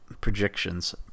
projections